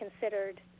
considered